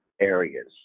areas